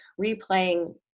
replaying